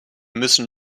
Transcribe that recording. müssen